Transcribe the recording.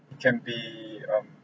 can be um